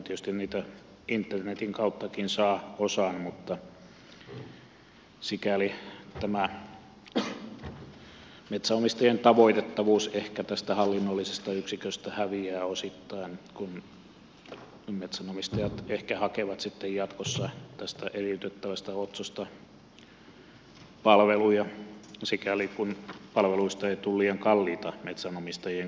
tietysti niistä internetin kautta saa osan mutta sikäli tämä metsänomistajien tavoitettavuus ehkä tästä hallinnollisesta yksiköstä häviää osittain kun metsänomistajat ehkä hakevat sitten jatkossa tästä eriytettävästä otsosta palveluja sikäli kuin palveluista ei tule liian kalliita metsänomistajien kannalta